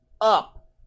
up